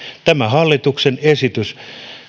tämä hallituksen esitys